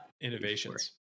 Innovations